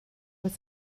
was